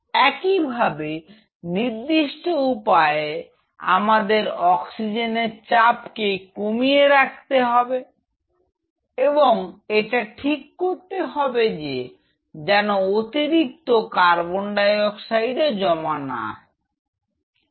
একইভাবে নির্দিষ্ট উপায় আমাদের অক্সিজেনের চাপকে কমিয়ে রাখতে হবে এবং এটা ঠিক করতে হবে যে যেন অতিরিক্ত CO2 জমা না হয়